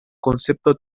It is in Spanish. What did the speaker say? concepto